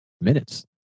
minutes